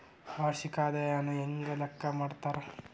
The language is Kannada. ವಾರ್ಷಿಕ ಆದಾಯನ ಹೆಂಗ ಲೆಕ್ಕಾ ಮಾಡ್ತಾರಾ?